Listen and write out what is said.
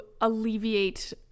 alleviate